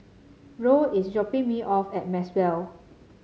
Roe is dropping me off at Maxwell